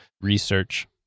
research